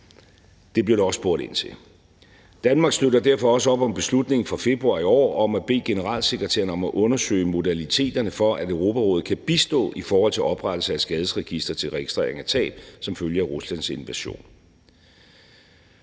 det blev der også spurgt ind til. Danmark støtter derfor også op om beslutningen fra februar i år om at bede generalsekretæren om at undersøge modaliteterne for, at Europarådet kan bistå i forhold til oprettelse af et skadesregister til registrering af tab som følge af Ruslands invasion.